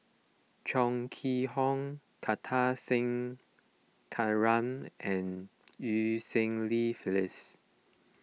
Chong Kee Hiong Kartar Singh Thakral and Eu Cheng Li Phyllis